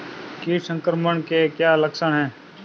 कीट संक्रमण के क्या क्या लक्षण हैं?